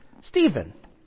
Stephen